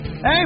Hey